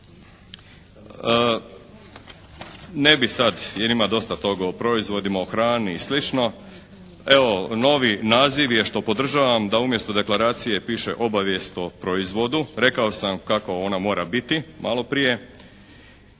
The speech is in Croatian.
Ne bih sad jer ima dosta toga o proizvodima, o hrani i slično. Evo, novi naziv je što podržavam da umjesto deklaracije piše obavijest o proizvodu. Rekao sam kako ona mora biti malo prije.